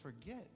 forget